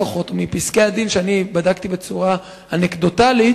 לפחות מפסקי-הדין שאני בדקתי בצורה אנקדוטית,